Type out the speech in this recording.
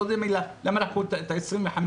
אני לא יודע למה לקחו את ה-25%,